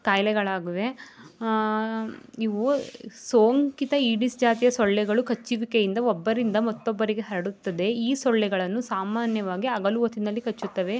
ಕಾಯಿಲೆಗಳಾಗಿವೆ ಇವು ಸೋಂಕಿತ ಈಡೀಸ್ ಜಾತಿಯ ಸೊಳ್ಳೆಗಳು ಕಚ್ಚುವಿಕೆಯಿಂದ ಒಬ್ಬರಿಂದ ಮತ್ತೊಬ್ಬರಿಗೆ ಹರಡುತ್ತದೆ ಈ ಸೊಳ್ಳೆಗಳನ್ನು ಸಾಮಾನ್ಯವಾಗಿ ಹಗಲು ಹೊತ್ತಿನಲ್ಲಿ ಕಚ್ಚುತ್ತವೆ